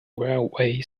railway